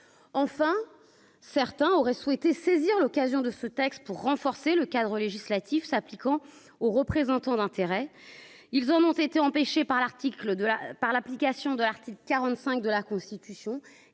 enfin certains auraient souhaité saisir l'occasion de ce texte pour renforcer le cadre législatif s'appliquant aux représentants d'intérêts, ils en ont été empêchés par l'article de la par l'application de l'article 45 de la Constitution